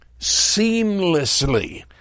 seamlessly